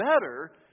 better